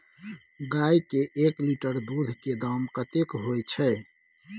गाय के एक लीटर दूध के दाम कतेक होय छै?